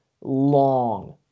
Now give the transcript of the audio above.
long